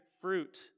fruit